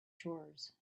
chores